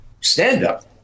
stand-up